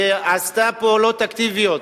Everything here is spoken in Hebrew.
ועשתה פעולות אקטיביות.